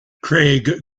craig